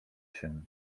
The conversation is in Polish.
się